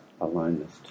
aloneness